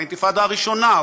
האינתיפאדה הראשונה,